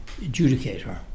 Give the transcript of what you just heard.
adjudicator